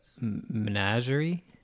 Menagerie